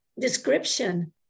description